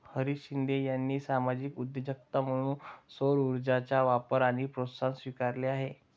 हरीश शिंदे यांनी सामाजिक उद्योजकता म्हणून सौरऊर्जेचा वापर आणि प्रोत्साहन स्वीकारले आहे